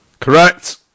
Correct